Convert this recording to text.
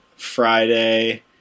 friday